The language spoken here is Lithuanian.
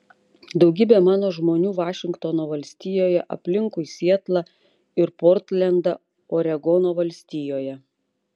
daugybė mano žmonių vašingtono valstijoje aplinkui sietlą ir portlendą oregono valstijoje